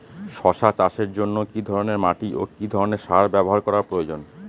শশা চাষের জন্য কি ধরণের মাটি ও কি ধরণের সার ব্যাবহার করা প্রয়োজন?